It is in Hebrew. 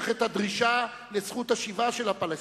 את הדרישה לזכות השיבה של הפלסטינים,